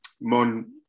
Mon